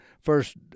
first